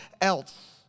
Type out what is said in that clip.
else